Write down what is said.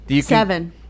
Seven